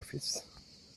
office